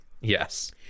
Yes